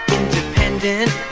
independent